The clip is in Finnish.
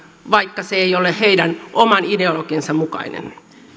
vaikka se ei ole heidän oman ideologiansa mukainen